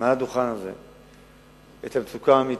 מעל הדוכן הזה על המצוקה האמיתית,